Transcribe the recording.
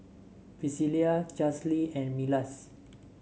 Pricilla Charlsie and Milas